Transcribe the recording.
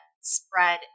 spread